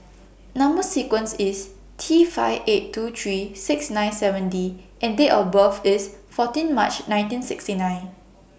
Number sequence IS T five eight two three six nine seven D and Date of birth IS fourteen March nineteen sixty nine